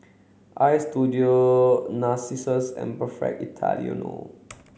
Istudio Narcissus and Perfect Italiano